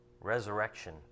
resurrection